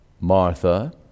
Martha